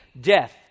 death